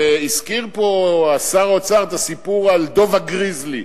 הזכיר פה שר האוצר את הסיפור על דוב הגריזלי.